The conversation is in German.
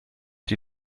die